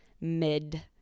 mid